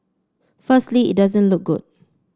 firstly it doesn't look good